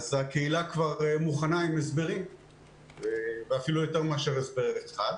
אז הקהילה מוכנה עם הסברים ואפילו יותר מאשר הסבר אחד.